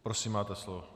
Prosím, máte slovo.